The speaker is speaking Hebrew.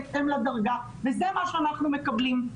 בהתאם לדרגה וזה מה שאנחנו מקבלים.